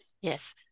Yes